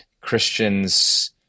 Christians